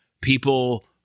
people